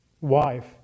wife